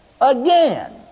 again